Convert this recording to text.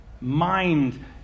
Mind